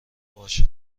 باشه